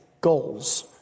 goals